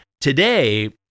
today